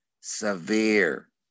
severe